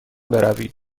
بروید